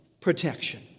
protection